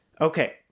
Okay